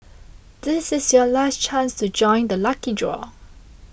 this is your last chance to join the lucky draw